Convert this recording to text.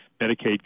Medicaid